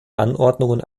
anordnungen